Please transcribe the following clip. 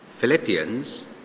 Philippians